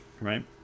right